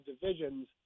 divisions